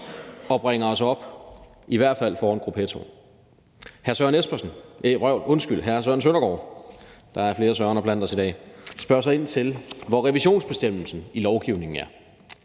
og bringer os i hvert fald op foran gruppettoen. Hr. Søren Søndergaard spørger så ind til, hvor revisionsbestemmelsen i lovgivningen er,